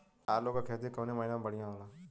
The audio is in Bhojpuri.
आलू क खेती कवने महीना में बढ़ियां होला?